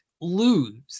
Lose